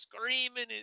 screaming